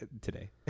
Today